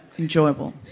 enjoyable